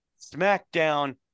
SmackDown